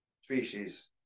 species